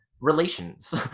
relations